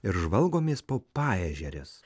ir žvalgomės po paežeres